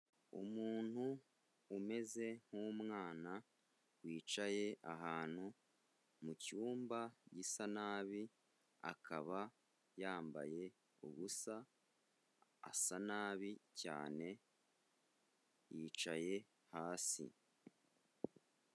Umuntu umeze nk'umwana wicaye ahantu mu cyumba gisa nabi, akaba yambaye ubusa asa nabi cyane, yicaye hasi.